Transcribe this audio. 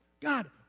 God